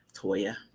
Toya